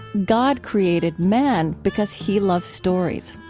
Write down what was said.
god created man because he loves stories.